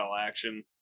action